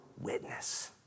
witness